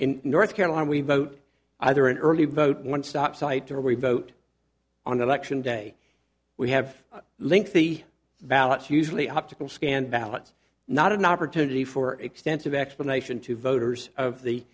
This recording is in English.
in north carolina we vote either in early vote one stop site or we vote on election day we have linked the ballots usually optical scan ballots not an opportunity for extensive explanation to voters of